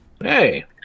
hey